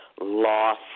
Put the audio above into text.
loss